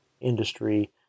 industry